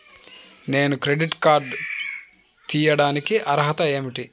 నేను credit card తీయడానికి అర్హత ఏమిటి?